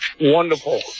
Wonderful